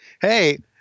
Hey